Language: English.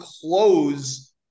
close